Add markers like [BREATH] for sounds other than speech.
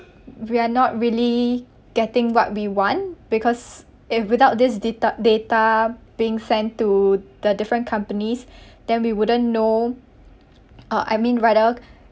we are not really getting what we want because if without this data data being sent to the different companies [BREATH] then we wouldn't know uh I mean rather